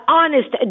honest